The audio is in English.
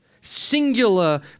singular